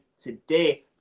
today